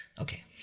okay